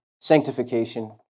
sanctification